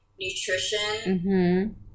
nutrition